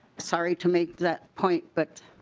sorry to make that point but